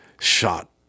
shot